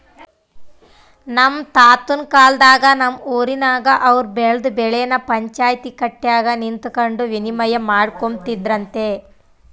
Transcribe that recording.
ನಮ್ ತಾತುನ್ ಕಾಲದಾಗ ನಮ್ ಊರಿನಾಗ ಅವ್ರು ಬೆಳ್ದ್ ಬೆಳೆನ ಪಂಚಾಯ್ತಿ ಕಟ್ಯಾಗ ನಿಂತಕಂಡು ವಿನಿಮಯ ಮಾಡಿಕೊಂಬ್ತಿದ್ರಂತೆ